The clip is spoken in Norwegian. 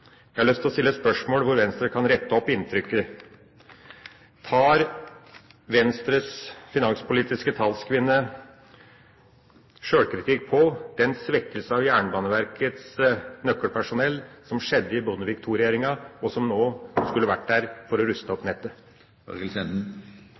Jeg har lyst til å stille et spørsmål, hvor Venstre kan rette opp inntrykket: Tar Venstres finanspolitiske talskvinne sjølkritikk med hensyn til den svekkelse som skjedde da Jernbaneverket sa opp nøkkepersonell under Bondevik II-regjeringa, og som nå skulle vært der for å ruste opp